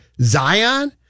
Zion